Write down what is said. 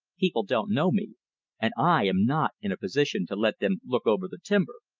people don't know me and i am not in a position to let them look over the timber.